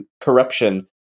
corruption